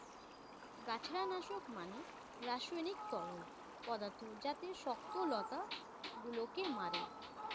গাছড়া নাশক মানে রাসায়নিক তরল পদার্থ যাতে শক্ত লতা গুলোকে মারে